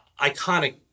iconic